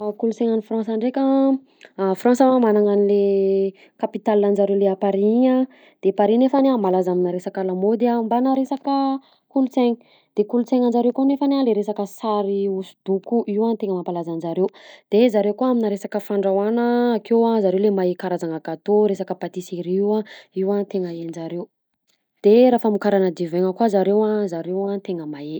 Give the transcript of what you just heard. Kolonsaina any France ndreka, a France magnana anle capital anjareo le Paris iny a de paris nefany a malaza amina resaka lamaody mbana resaka kolotsaina de kolotsainanjareo ko nefany a le resaka sary hosodoko io tena mampalaza anjareo de zareo koa aminy le resaka fandrahoana akeo zareo le mahay karazagna gateaux resaka patiserie io a io tena hainjareo de raha famokarana divin-gna ko zareo a zareo a tena mahay.